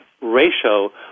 ratio